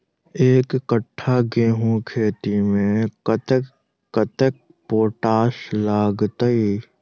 एक कट्ठा गेंहूँ खेती मे कतेक कतेक पोटाश लागतै?